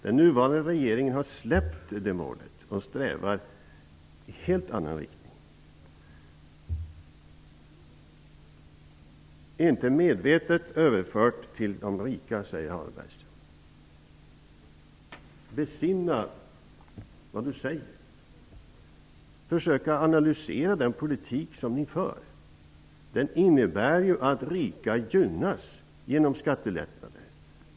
Den nuvarande regeringen har släppt det målet och strävar i en helt annan riktning. Harald Bergström säger att man inte medvetet har överfört till de rika. Jag vill uppmana Harald Bergström att besinna vad han säger, att försöka analysera den politik som regeringen för. Den innebär ju att rika gynnas genom skattelättnader.